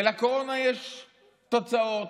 ולקורונה יש תוצאות,